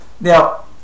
Now